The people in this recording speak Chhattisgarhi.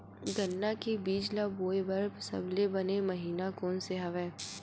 गन्ना के बीज ल बोय बर सबले बने महिना कोन से हवय?